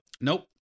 Nope